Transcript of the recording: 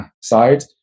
side